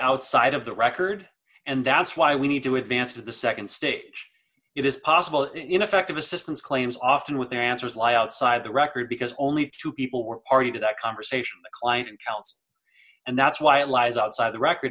outside of the record and that's why we need to advance to the nd stage it is possible ineffective assistance claims often with the answers lie outside the record because only two people were party to that conversation client tells and that's why it lies outside the record